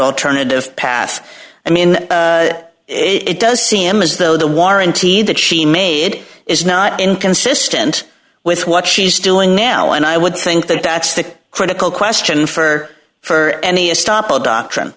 alternative path i mean it does seem as though the warranty that she made is not inconsistent with what she's doing now and i would think that that's the critical question for for any astop of doctrine